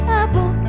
apple